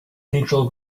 neutral